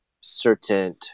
certain